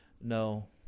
No